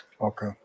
Okay